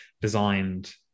designed